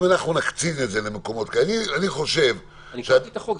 אם אנחנו נקצין את זה למקומות כאלה --- קראתי את החוק,